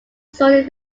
studied